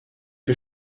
für